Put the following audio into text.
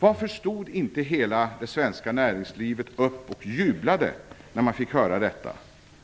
Varför stod inte hela näringslivet upp och jublade när man fick höra detta?